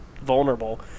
vulnerable